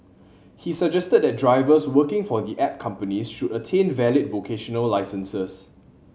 he suggested that drivers working for the app companies should attain valid vocational licences